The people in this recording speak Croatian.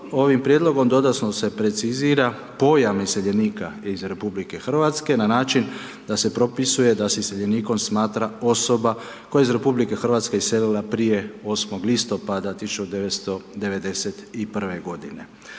ovim prijedlogom dodatno se precizira pojam iseljenika iz RH na način da se propisuje da se iseljenikom smatra osoba koja je iz RH iselila prije 8. listopada 1991. godine.